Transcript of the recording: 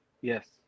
Yes